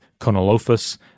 Conolophus